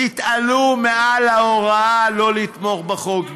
תתעלו מעל ההוראה שלא לתמוך בחוק.